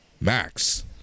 Max